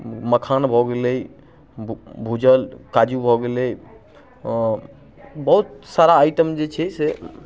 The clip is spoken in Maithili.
मखान भऽ गेलै भूजल काजू भऽ गेलै बहुत सारा आइटम जे छै से